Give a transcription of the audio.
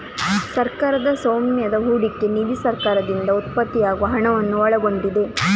ಸರ್ಕಾರದ ಸ್ವಾಮ್ಯದ ಹೂಡಿಕೆ ನಿಧಿ ಸರ್ಕಾರದಿಂದ ಉತ್ಪತ್ತಿಯಾಗುವ ಹಣವನ್ನು ಒಳಗೊಂಡಿದೆ